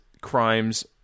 crimes